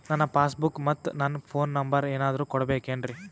ನನ್ನ passbook ಮತ್ ನನ್ನ ಫೋನ್ ನಂಬರ್ ಏನಾದ್ರು ಕೊಡಬೇಕೆನ್ರಿ?